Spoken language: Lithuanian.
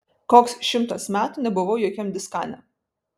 koks šimtas metų nebuvau jokiam diskane